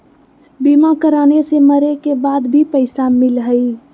बीमा कराने से मरे के बाद भी पईसा मिलहई?